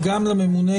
וגם לממונה,